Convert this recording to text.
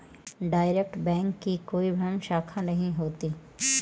direct bank की कोई बाह्य शाखा नहीं होती